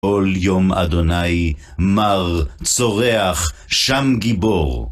כל יום ה' מר, צורח, שם גיבור.